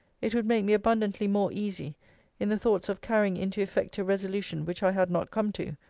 it would make me abundantly more easy in the thoughts of carrying into effect a resolution which i had not come to,